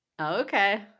okay